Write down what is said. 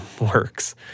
works